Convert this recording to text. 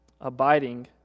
abiding